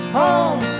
home